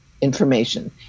information